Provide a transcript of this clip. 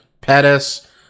Pettis